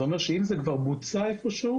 זה אומר שאם זה כבר בוצע איפשהו,